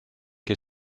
che